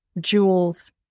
jewels